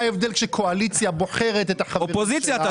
מה